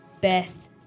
Beth